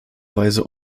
weise